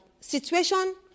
situation